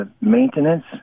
maintenance